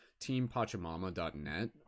TeamPachamama.net